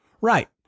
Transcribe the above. Right